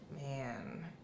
Man